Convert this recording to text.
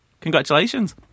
Congratulations